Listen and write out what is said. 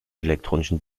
elektronischen